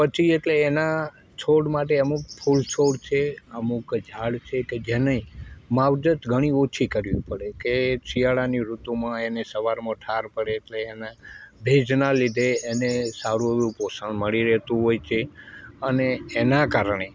પછી એટલે એના છોડ માટે અમુક ફૂલછોડ છે અમુક ઝાડ છે કે જેની માવજત ઘણી ઓછી કરવી પડે કે શિયાળાની ઋતુમાં એને સવારમાં ઠાર પડે એટલે એના ભેજના લીધે એને સારું એવું પોષણ મળી રહેતું હોય છે અને એના કારણે